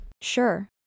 Sure